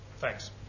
Thanks